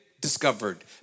discovered